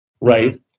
right